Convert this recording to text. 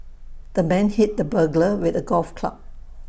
the man hit the burglar with A golf club